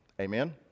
amen